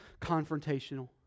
confrontational